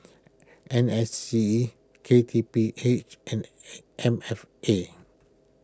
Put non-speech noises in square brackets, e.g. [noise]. N S C K T P H and [hesitation] M F A